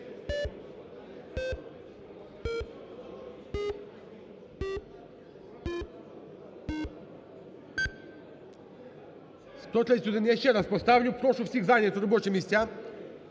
За-131 Я ще раз поставлю. Прошу всіх зайняти робочі місця.